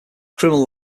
criminal